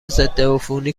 ضدعفونی